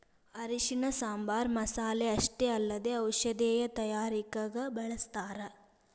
ಅರಿಶಿಣನ ಸಾಂಬಾರ್ ಮಸಾಲೆ ಅಷ್ಟೇ ಅಲ್ಲದೆ ಔಷಧೇಯ ತಯಾರಿಕಗ ಬಳಸ್ಥಾರ